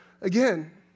again